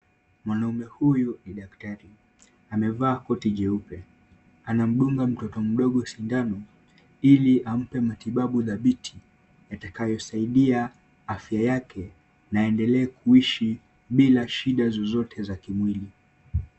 Mwanamume huyu ni daktari, amevaa koti jeupe. Anamdunga mtoto mdogo sindano ili ampe matibabu dhabiti yatakayosaidia afya yake na aendelee kuishi bila shida zozote za kimwili.